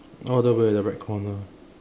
all the way at the right corner